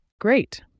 Great